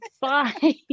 bye